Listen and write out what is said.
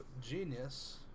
Genius